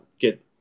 get